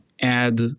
add